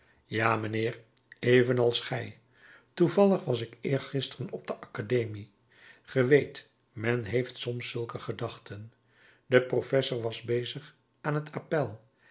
ja mijnheer evenals gij toevallig was ik eergisteren op de academie ge weet men heeft soms zulke gedachten de professor was bezig aan het appèl